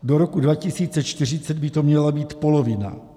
Do roku 2040 by to měla být polovina.